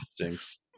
Jinx